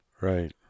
right